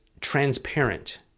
transparent